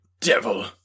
Devil